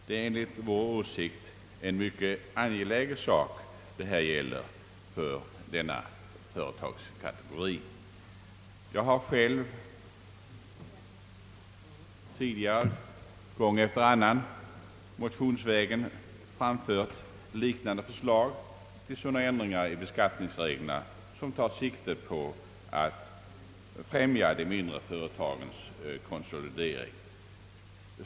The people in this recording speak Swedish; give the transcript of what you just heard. Det är enligt vår åsikt en mycket angelägen sak det gäller för denna företagskategori. Jag har själv tidigare gång efter annan motionsvägen framfört liknande förslag till sådana ändringar i beskattningsreglerna som tar sikte på att främja de mindre företagens konsolidering.